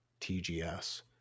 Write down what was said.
TGS